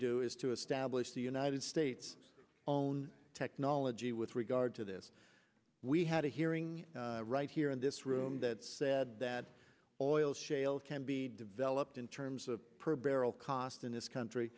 do is to establish the united states own technology with regard to this we had a hearing right here in this room that said that oil shale can be developed in terms of per barrel cost in this country